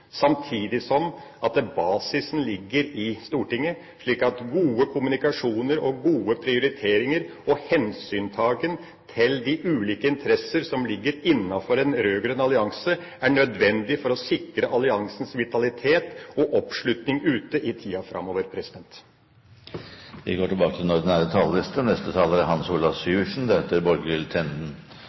samtidig som basisen ligger i Stortinget. Så gode kommunikasjoner, gode prioriteringer og hensyntagen til de ulike interesser som ligger innenfor en rød-grønn allianse, er nødvendig for å sikre alliansens vitalitet og oppslutning ute i tida framover. Replikkordskiftet er omme. Neste taler er Hans Olav Syversen.